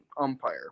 umpire